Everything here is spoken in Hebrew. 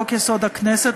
חוק-יסוד: הכנסת,